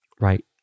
right